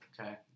Okay